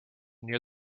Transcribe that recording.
near